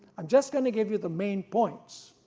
i'm just going to give you the main points.